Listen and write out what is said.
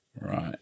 right